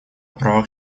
правах